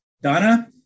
Donna